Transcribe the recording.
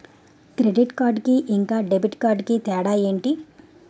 Credit card కి ఇంకా debit card కి తేడా ఏంటి?